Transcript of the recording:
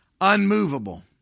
Unmovable